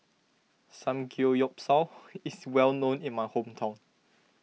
Samgeyopsal is well known in my hometown